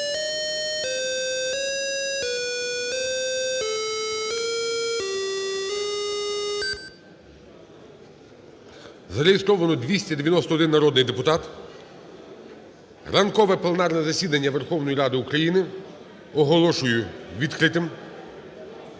Зареєстровано 291 народний депутат. Ранкове пленарне засідання Верховної Ради України оголошую відкритим.